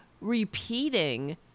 repeating